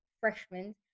freshmen